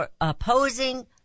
opposing